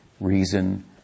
reason